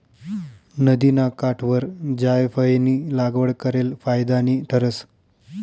नदिना काठवर जायफयनी लागवड करेल फायदानी ठरस